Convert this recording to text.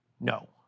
no